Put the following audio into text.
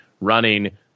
running